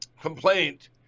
complaint